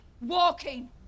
walking